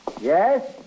Yes